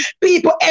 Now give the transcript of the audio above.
people